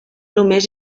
només